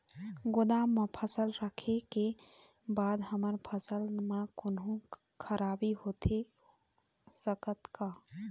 गोदाम मा फसल रखें के बाद हमर फसल मा कोन्हों खराबी होथे सकथे का?